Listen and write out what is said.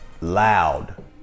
loud